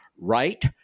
right